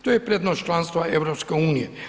To je prednost članstva EU.